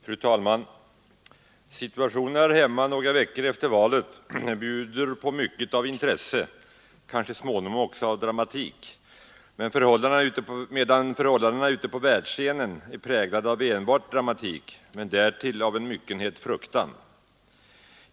Fru talman! Situationen här hemma några veckor efter valet bjuder på mycket av intresse, kanske småningom också av dramatik, medan förhållandena ute på världsscenen är präglade av enbart dramatik men därtill av en myckenhet fruktan.